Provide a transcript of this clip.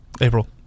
April